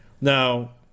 Now